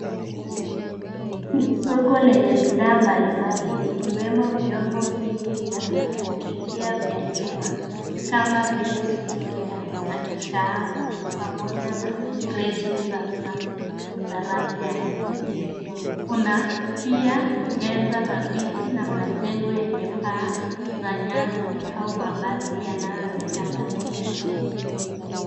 Hili ni soko lenye bidhaa mbalimbali ikiwemo vyombo vingi vya kupikia vya chuma kama vile sufuria na kikaango pamoja na kreti za plastiki za rangi ya buluu. Kuna pia meza na viti na majengo yenye paa za nyasi au mabati yanayoonekana nyuma.